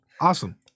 awesome